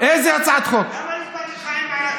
זה לא מדויק.